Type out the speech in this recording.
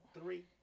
Three